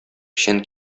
печән